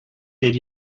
did